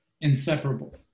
inseparable